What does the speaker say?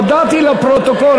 הודעתי לפרוטוקול,